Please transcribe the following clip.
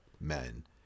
men